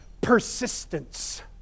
persistence